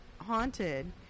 haunted